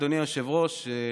אדוני היושב-ראש,